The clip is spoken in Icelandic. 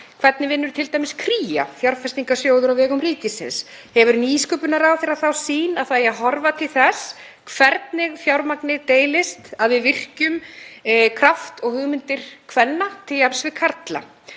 Hvernig vinnur t.d. Kría, fjárfestingarsjóður á vegum ríkisins? Hefur nýsköpunarráðherra þá sýn að það eigi að horfa til þess hvernig fjármagnið deilist, að við virkjum kraft og hugmyndir kvenna til jafns við karla?